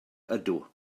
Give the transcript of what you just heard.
ydw